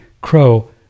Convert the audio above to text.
Crow